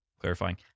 clarifying